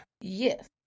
Yes